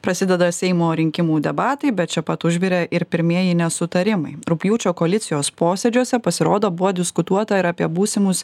prasideda seimo rinkimų debatai bet čia pat užvirė ir pirmieji nesutarimai rugpjūčio koalicijos posėdžiuose pasirodo buvo diskutuota ir apie būsimus